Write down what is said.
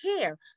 care